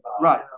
Right